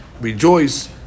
rejoice